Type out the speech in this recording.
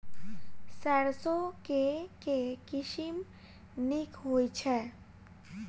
सैरसो केँ के किसिम नीक होइ छै?